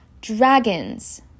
Dragons